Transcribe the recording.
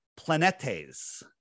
planetes